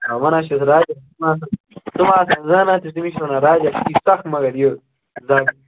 آ وَنان چھِس راجہ ژٕ ما آسہٕ ہن زانان تہِ تٔمِس چھِ وَنان راجہ سُہ چھُ سکھ مَگر یہِ زڈ